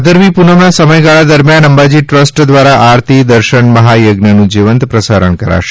ભાદરવી પૂનમના સમયગાળા દરમ્યાન અંબાજી દ્રસ્ટ દ્વારા આરતી દર્શન મહાયજ્ઞનું જીવંત પ્રસારણ કરાશે